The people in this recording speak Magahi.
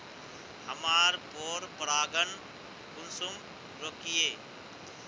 हमार पोरपरागण कुंसम रोकीई?